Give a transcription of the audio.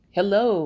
Hello